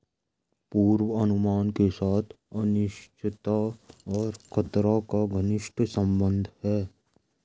पूर्वानुमान के साथ अनिश्चितता और खतरा का घनिष्ट संबंध है